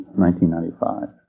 1995